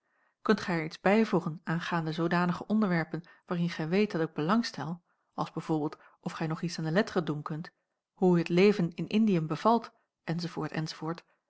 kunt gij er iets bijvoegen aangaande zoodanige onderwerpen waarin gij weet dat ik belang stel als b v of gij nog iets aan de letteren doen kunt hoe u t leven in indiën bevalt